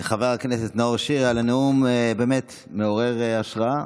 לחבר הכנסת נאור שירי על נאום באמת מעורר השראה.